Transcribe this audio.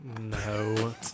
no